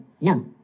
no